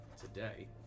today